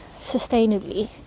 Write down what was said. sustainably